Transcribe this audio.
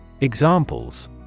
Examples